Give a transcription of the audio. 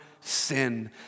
sin